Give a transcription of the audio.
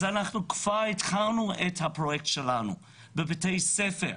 אז אנחנו התחלנו את הפרויקט שלנו בבתי ספר,